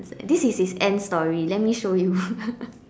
this is his end story let me show you